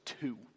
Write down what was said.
two